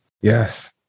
Yes